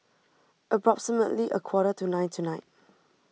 approximately a quarter to nine tonight